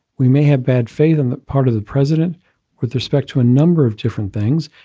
we may have bad faith on the part of the president with respect to a number of different things.